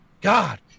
God